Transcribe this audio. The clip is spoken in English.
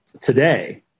today